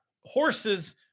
horses